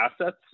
assets